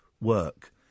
work